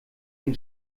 den